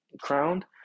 crowned